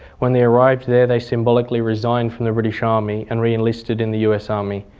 when they arrived there they symbolically resigned from the british ah army and re-enlisted in the us army.